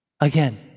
Again